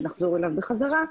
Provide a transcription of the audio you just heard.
שנחזור אליו חזרה,